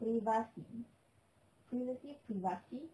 privacy privacy privacy